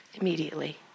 immediately